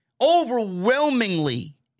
overwhelmingly